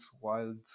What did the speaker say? wild